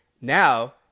Now